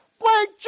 Blank